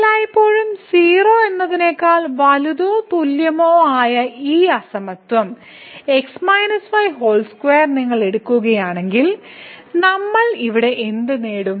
എല്ലായ്പ്പോഴും 0 എന്നതിനേക്കാൾ വലുതോ തുല്യമോ ആയ ഈ അസമത്വം നിങ്ങൾ എടുക്കുകയാണെങ്കിൽ നമ്മൾ ഇവിടെ എന്ത് നേടും